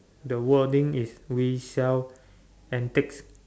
the wording is we shall intakes